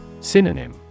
Synonym